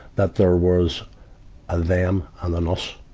that there was a them and an us.